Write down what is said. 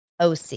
OC